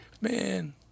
man